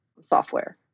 software